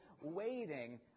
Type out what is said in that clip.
waiting